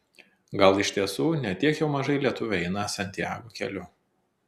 gal iš tiesų ne tiek jau mažai lietuvių eina santiago keliu